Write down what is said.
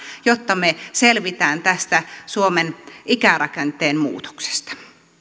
jotta me selviämme tästä suomen ikärakenteen muutoksesta